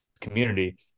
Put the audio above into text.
community